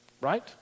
Right